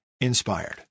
inspired